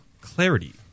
clarity